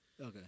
Okay